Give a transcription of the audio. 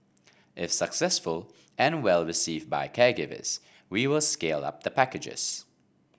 if successful and well received by caregivers we will scale up the packages